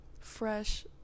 fresh